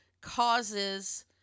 causes